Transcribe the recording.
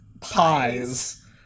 pies